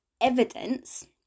evidence